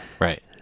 Right